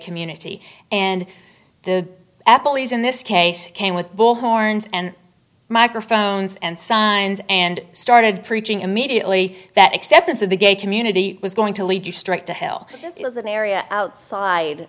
community and the apple these in this case came with bullhorns and microphones and signs and started preaching immediately that acceptance of the gay community was going to lead you straight to hell it was an area outside